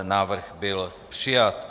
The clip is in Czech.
Návrh byl přijat.